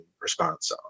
response